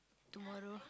tomorrow